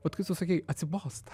vat kaip tu sakei atsibosta